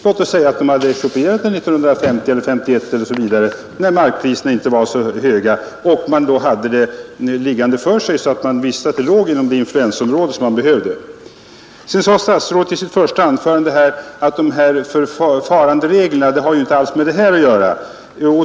Låt oss säga att den exproprierat området 1950 eller 1951 eller däromkring, när markpriserna inte var så höga och då man visste att området låg inom det influensområde som man behövde. I sitt första anförande sade statsrådet att förfarandereglerna inte har med detta att göra.